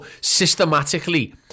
systematically